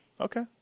Okay